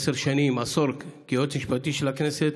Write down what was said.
ועשר שנים, עשור, כיועץ המשפטי של הכנסת.